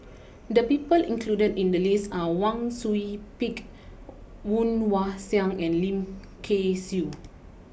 the people included in the list are Wang Sui Pick Woon Wah Siang and Lim Kay Siu